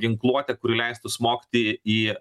ginkluotę kuri leistų smogti į